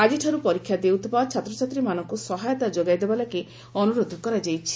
ଆଜିଠାରୁ ପରୀକ୍ଷା ଦେଉଥିବା ଛାତ୍ରଛାତ୍ରୀମାନଙ୍କୁ ସହାୟତା ଯୋଗାଇ ଦେବାଲାଗି ଅନ୍ତରୋଧ କରାଯାଇଛି